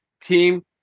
Team